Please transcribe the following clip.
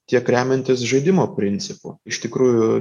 tiek remiantis žaidimo principu iš tikrųjų